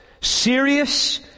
serious